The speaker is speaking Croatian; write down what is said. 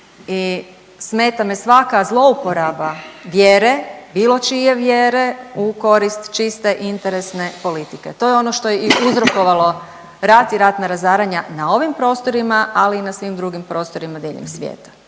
i smeta me svaka zlouporaba vjere, bilo čije vjere u korist čiste i interesne politike. To je ono što je uzrokovalo rat i ratna razaranja na ovim prostorima, ali i na svim drugim prostorima diljem svijeta